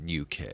uk